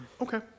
Okay